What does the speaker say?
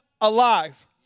alive